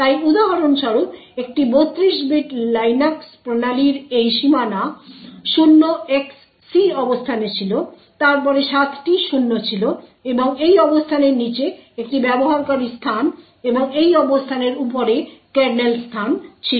তাই উদাহরণস্বরূপ একটি 32 বিট লিনাক্স প্রণালীর এই সীমানা শূন্য XC অবস্থানে ছিল তারপরে সাতটি শূন্য ছিল এবং এই অবস্থানের নীচে একটি ব্যবহারকারী স্থান এবং এই অবস্থানের উপরে কার্নেল স্থান ছিল